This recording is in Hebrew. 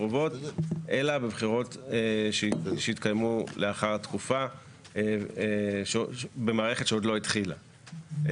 הקרובות אלא בבחירות שיתקיימו לאחר תקופה במערכת שעוד לא התחילה.